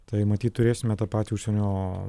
tai matyt turėsime tą patį užsienio